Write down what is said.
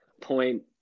point